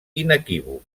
inequívoc